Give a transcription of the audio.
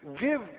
give